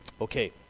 Okay